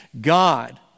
God